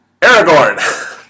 Aragorn